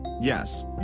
Yes